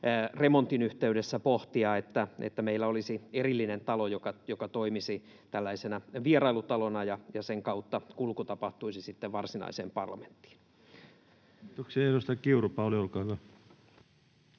remontin yhteydessä pohtia, että meillä olisi erillinen talo, joka toimisi tällaisena vierailutalona, ja sen kautta kulku tapahtuisi sitten varsinaiseen parlamenttiin. Kiitoksia. — Edustaja Kiuru, Pauli, olkaa hyvä.